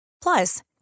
Plus